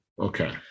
Okay